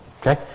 Okay